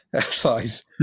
size